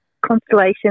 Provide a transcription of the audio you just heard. constellation